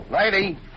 Lady